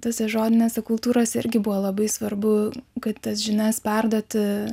tose žodinėse kultūrose irgi buvo labai svarbu kad tas žinias perduoti